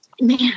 Man